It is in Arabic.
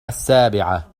السابعة